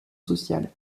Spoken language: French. sociale